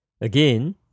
Again